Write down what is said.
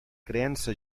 creença